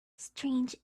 strange